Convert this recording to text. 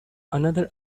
another